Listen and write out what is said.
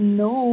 no